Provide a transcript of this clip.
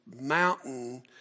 mountain